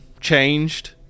changed